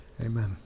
amen